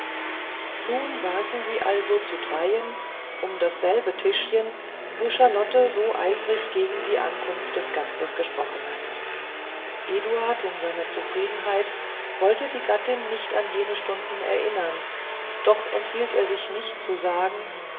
nun saßen sie also zu dreien um dasselbe tischchen wo charlotte so eifrig gegen die ankunft des gastes gesprochen hatte eduard in seiner zufriedenheit wollte die gattin nicht an jene stunden erinnern doch enthielt er sich nicht zu sagen